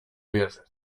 uwierzy